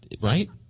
right